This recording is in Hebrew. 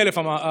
10,000 ביום.